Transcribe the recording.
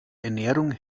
ernährung